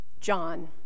John